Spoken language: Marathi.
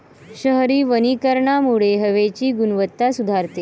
शहरी वनीकरणामुळे हवेची गुणवत्ता सुधारते